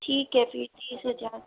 ठीक है फिर तीस हजार